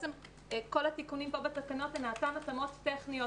כל התיקונים פה בתקנות הן התאמות טכניות,